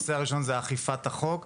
הנושא הראשון הוא אכיפת החוק,